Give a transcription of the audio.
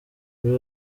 muri